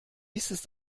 ist